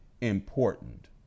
important